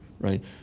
right